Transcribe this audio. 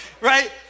Right